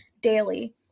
daily